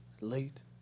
Late